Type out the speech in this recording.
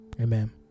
Amen